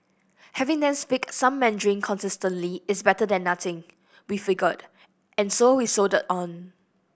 having them speak some Mandarin consistently is better than nothing we figure and so we soldier on